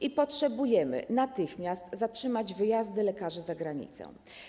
I potrzebujemy natychmiast zatrzymać wyjazdy lekarzy za granicę.